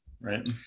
Right